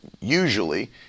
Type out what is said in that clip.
usually